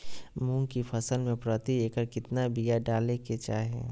मूंग की फसल में प्रति एकड़ कितना बिया डाले के चाही?